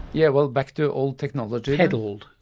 yeah well, back to old technology. peddled.